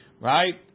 Right